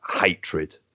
hatred